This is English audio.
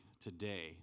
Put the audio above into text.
today